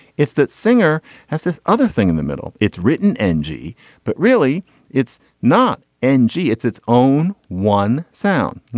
it's that singer has this other thing in the middle it's written energy but really it's not energy it's it's own one sound.